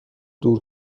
دور